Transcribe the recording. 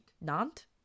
Nant